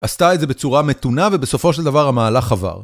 עשתה את זה בצורה מתונה ובסופו של דבר המהלך עבר.